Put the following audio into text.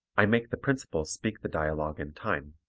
i make the principals speak the dialogue in time,